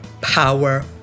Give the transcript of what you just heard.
Power